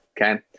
okay